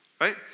right